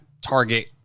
target